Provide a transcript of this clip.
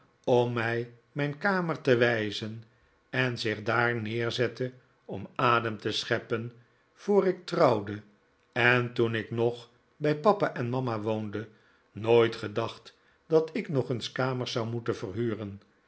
om mij mijn kamer te wijzen en zich daar neerzette om adem te scheppen voor ik trouwde en toen ik nog bij papa en mama woonde nooit gedacht dat ik nog eens kamers zou moeten verhuren